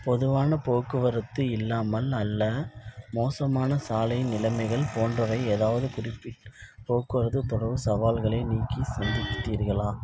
பொதுவான போக்குவரத்து இல்லாமல் அல்ல மோசமான சாலை நிலைமைகள் போன்றவை ஏதாவது குறிப்பிட்டு போக்குவரத்து தொடர்பு சவால்களை நீக்கி சந்தித்தீர்களா